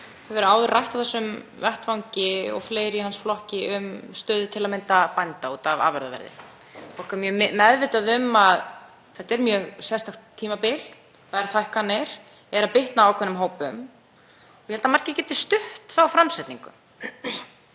hefur áður rætt á þessum vettvangi og fleiri í hans flokki um stöðu til að mynda bænda út af afurðaverði. Fólk er meðvitað um að þetta er mjög sérstakt tímabil. Verðhækkanirnar bitna á ákveðnum hópum. Ég held að margir geti stutt þá framsetningu.